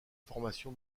formation